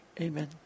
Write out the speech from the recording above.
Amen